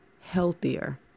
healthier